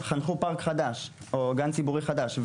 חנכו פארק חדש או גן ציבורי חדש,